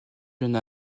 jeune